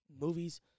movies